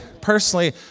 personally